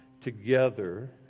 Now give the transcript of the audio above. together